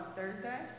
Thursday